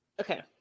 okay